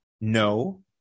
no